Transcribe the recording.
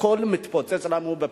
הכול מתפוצץ לנו בפרצוף.